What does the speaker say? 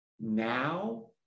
now